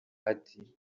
ati